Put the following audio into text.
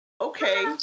okay